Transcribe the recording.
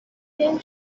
بریم